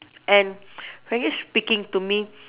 and frankly speaking to me